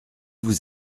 vous